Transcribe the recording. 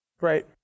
Right